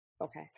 Okay